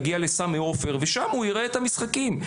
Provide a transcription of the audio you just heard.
יגיע לסמי עופר ושם יראה את המשחקים.